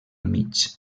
mig